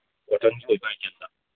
ꯀꯣꯇꯟꯒꯤ ꯑꯣꯏꯕ ꯑꯥꯏꯇꯦꯝꯗ